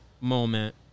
moment